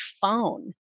phone